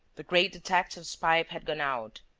the great detective's pipe had gone out.